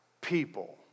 people